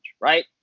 right